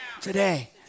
Today